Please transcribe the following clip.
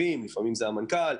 לפעמים זה המנכ"ל.